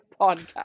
podcast